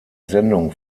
sendung